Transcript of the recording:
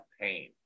pain